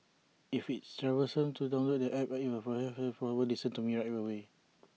if it's troublesome to download the App I her forward listen to me A right away